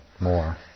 more